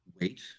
wait